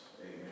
Amen